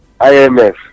IMF